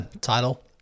title